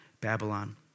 Babylon